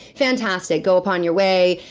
fantastic. go upon your way.